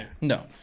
No